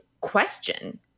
question